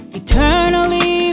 eternally